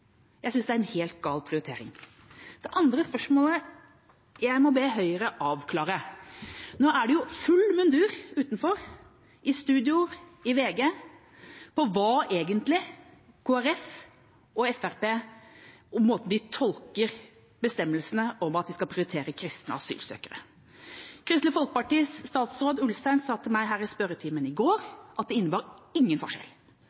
Jeg synes det er en helt gal prioritering. Så til det andre spørsmålet jeg må be Høyre avklare: Nå er det jo full mundur utenfor, i studio i VG, som går på Kristelig Folkeparti og Fremskrittspartiet og måten de tolker bestemmelsene om at de skal prioritere kristne asylsøkere, på. Kristelig Folkepartis statsråd Ulstein sa til meg her i spørretimen i